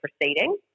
proceeding